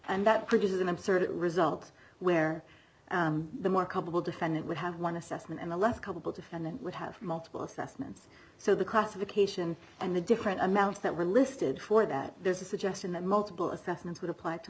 and that produces an absurd it result where the more culpable defendant would have one assessment and the last couple defendant would have multiple assessments so the classification and the different amounts that were listed for that there's a suggestion that multiple assessments would apply to